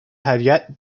had